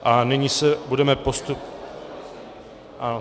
A nyní se budeme postupně...